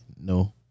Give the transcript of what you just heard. No